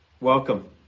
welcome